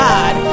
God